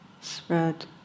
spread